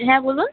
হ্যাঁ বলুন